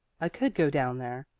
i could go down there,